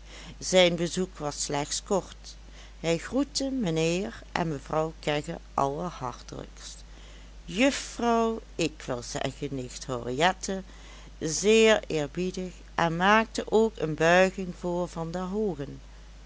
zijn bezoek was slechts kort hij groette mijnheer en mevrouw kegge allerhartelijkst juffrouw ik wil zeggen nicht henriette zeer eerbiedig en maakte ook een buiging voor van der hoogen